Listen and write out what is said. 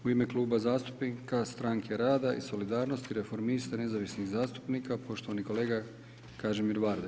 U ime Kluba zastupnika Stranke rada i solidarnosti, reformista, nezavisnih zastupnika, poštovani kolega Kažimir Varda.